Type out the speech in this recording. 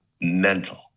Mental